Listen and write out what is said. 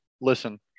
Listen